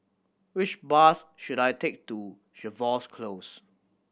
which bus should I take to Jervois Close